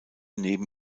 neben